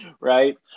right